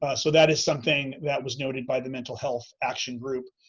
ah so that is something that was noted by the mental health action group.